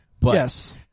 Yes